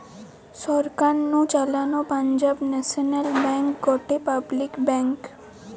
সরকার নু চালানো পাঞ্জাব ন্যাশনাল ব্যাঙ্ক গটে পাবলিক ব্যাঙ্ক